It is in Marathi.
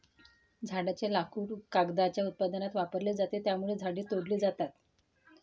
झाडांचे लाकूड कागदाच्या उत्पादनात वापरले जाते, त्यामुळे झाडे तोडली जातात